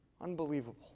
Unbelievable